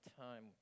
time